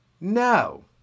No